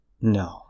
No